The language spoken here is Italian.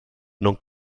non